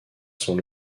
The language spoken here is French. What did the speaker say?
son